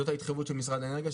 זאת ההתחייבות של משרד האנרגיה,